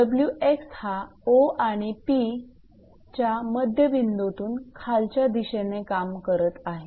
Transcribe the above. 𝑊𝑥 हा 𝑂 आणि 𝑃 च्या मध्य बिंदूतून खालच्या दिशेने काम करत आहे